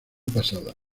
pasada